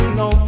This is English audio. no